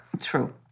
True